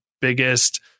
biggest